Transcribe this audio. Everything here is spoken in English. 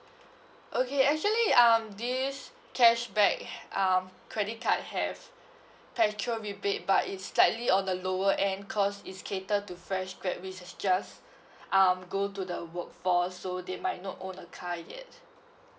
okay actually um this cashback um credit card have petrol rebate but it's slightly on the lower end cause is cater to fresh graduate who has just um go to the work for so they might not own a car yet